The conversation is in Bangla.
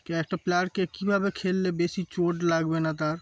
কে একটা প্লেয়ারকে কীভাবে খেললে বেশি চোট লাগবে না তার